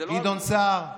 גדעון סער,